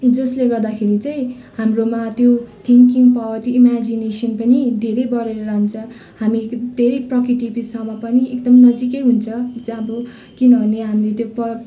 जसले गर्दाखेरि चाहिँ हाम्रोमा त्यो थिङ्किङ पावर त्यो इमेजिनेसन पनि धेरै बढेर जान्छ हामी धेरै प्रकृति विषयमा पनि एकदम नजिकै हुन्छौँ जहाँ अब किनभने हामीले त्यो